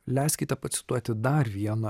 leiskite pacituoti dar vieną